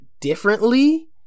differently